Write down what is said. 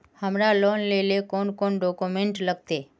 हमरा लोन लेले कौन कौन डॉक्यूमेंट लगते?